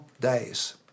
days